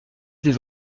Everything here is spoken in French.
des